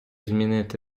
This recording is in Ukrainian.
змінити